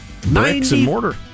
Bricks-and-mortar